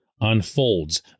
unfolds